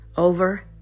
over